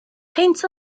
peint